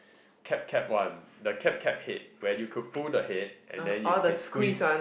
cap cap one the cap cap head where you could pull the head and you can squeeze